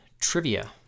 trivia